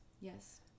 Yes